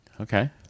Okay